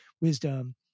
wisdom